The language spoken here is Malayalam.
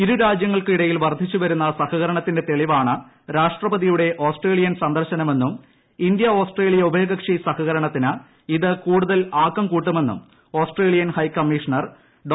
ഇരുരാജ്യങ്ങൾക്കിടയിൽ വർദ്ധിച്ചു വരുന്ന സഹകരണത്തിന്റെ തെളിവാണ് രാഷ്ട്രപതിയുടെ ആസ്ട്രേലിയൻ സന്ദർശനമെന്നും ഇന്ത്യ ഓസ്ട്രേലിയ ഉഭയകക്ഷി സഹകരണത്തിന് ഇത് കൂടുതൽ ആക്കം കൂട്ടുമെന്നും ഓസ്ട്രേലിയൻ ഹൈ കമ്മീഷണർ ഡോ